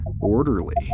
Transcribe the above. orderly